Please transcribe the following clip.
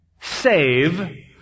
save